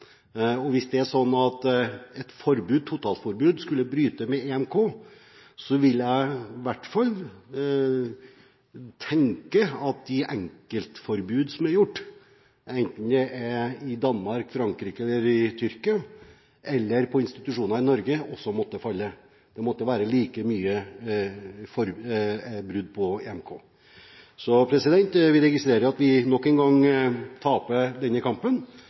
institusjoner. Hvis det er sånn at et totalforbud skulle bryte med EMK, vil jeg i hvert fall tenke at de enkeltforbud som er gjort, enten det er i Danmark, i Frankrike eller i Tyrkia, eller på institusjoner i Norge, også måtte være like mye brudd på EMK. Vi registrerer at vi nok engang taper denne kampen,